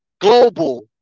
Global